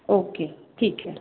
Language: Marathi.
ओके ठीक आहे